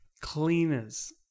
Cleaners